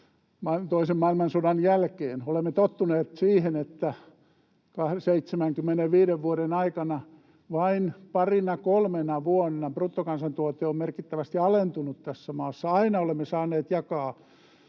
toisen maailmansodan jälkeen, olemme tottuneet siihen, että 75 vuoden aikana vain parina kolmena vuonna bruttokansantuote on merkittävästi alentunut tässä maassa. Aina olemme saaneet jakaa